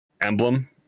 emblem